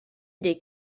des